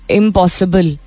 impossible